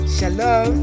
Shalom